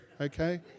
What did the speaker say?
okay